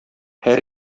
һәр